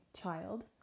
child